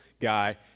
guy